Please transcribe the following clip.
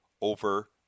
over